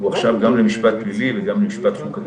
ייעוץ מיני גם בטלפון, גם בזום, גם באופן אישי.